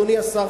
אדוני השר,